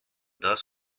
does